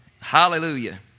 Hallelujah